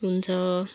हुन्छ